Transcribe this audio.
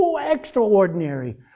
extraordinary